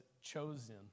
chosen